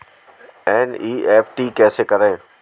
NEFT कैसे करें?